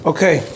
Okay